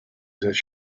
phrases